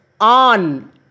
on